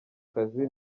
kazi